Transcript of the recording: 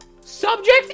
subject